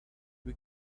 you